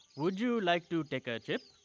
would you like to take a trip?